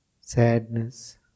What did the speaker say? sadness